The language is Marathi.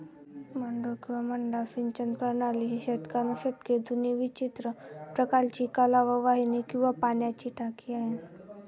मड्डू किंवा मड्डा सिंचन प्रणाली ही शतकानुशतके जुनी विचित्र प्रकारची कालवा वाहिनी किंवा पाण्याची टाकी आहे